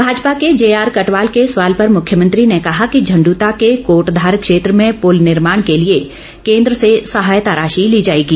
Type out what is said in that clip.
भाजपा के J R Katwal के सवाल पर मख्यमंत्री ने कहा कि इांड्ता के कोटधार क्षेत्र में पूल निर्माण के लिए केंद्र से सहायता राशि ली जाएगी